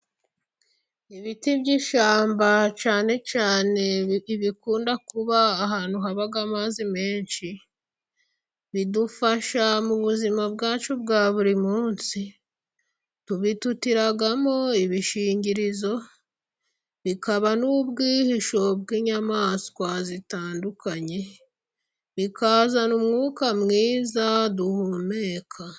Ibiti by'ishyamba cyane ibikunda kuba ahantu haba amazi menshi ,bidufasha mu buzima bwacu bwa buri munsi ,tubitutiramo ibishingirizo bikaba n'ubwihisho bw'inyamaswa zitandukanye ,bikazana umwuka mwiza duhumeka.